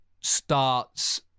starts